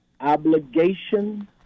Obligation